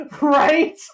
Right